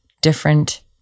different